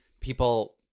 people